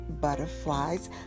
Butterflies